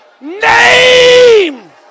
name